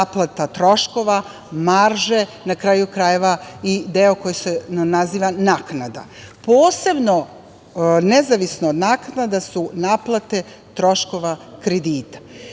naplata troškova, marže, i deo koji se naziva naknada. Posebno, nezavisno od naknada su naplate troškova kredita.